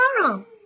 tomorrow